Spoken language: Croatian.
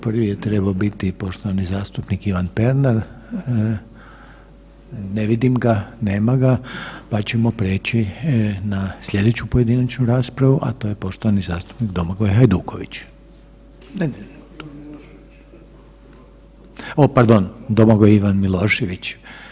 Prvi je trebao biti poštovani zastupnika Ivan Pernar, ne vidim ga, nema ga, pa ćemo preći na slijedeću pojedinačnu raspravu, a to je poštovani zastupnik Domagoj Hajduković, o pardon Domagoj Ivan Milošević.